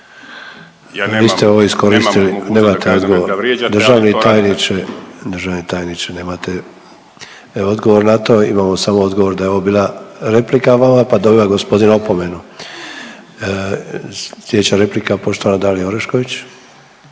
vrijeme./… državni tajniče, državni tajniče nemate odgovor na to imamo samo odgovor da je ovo bila replika vama pa dobiva gospodin opomenu. Sljedeća replika poštovana Dalija Orešković.